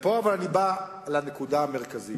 אבל פה אני מגיע לנקודה המרכזית,